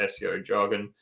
SEOjargon